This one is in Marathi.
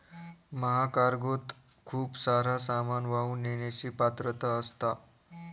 महाकार्गोत खूप सारा सामान वाहून नेण्याची पात्रता असता